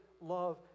love